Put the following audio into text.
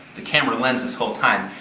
the camera lens, this whole time.